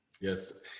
Yes